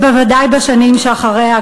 ובוודאי בשנים שאחריה,